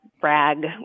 brag